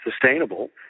sustainable